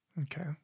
Okay